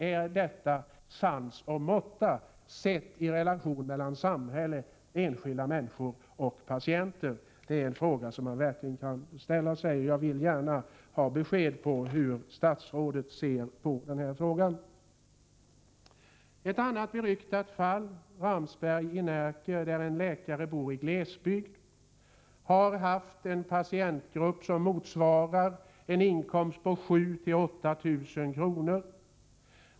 Är detta uttryck för sans och måtta i relationerna mellan samhälle, enskilda läkare och patienter? Det är en fråga som verkligen har fog för sig. Jag vill ha ett besked från statsrådet om hur hon ser på den frågan. Sedan till ett annat beryktat fall. Det gäller en läkare i Ramsberg i Närke. Läkaren bor i glesbygd. Han har haft en patientgrupp som givit honom en inkomst på 7 000-8 000 kr.